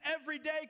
everyday